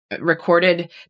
recorded